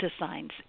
designs